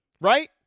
right